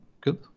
Good